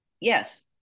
Yes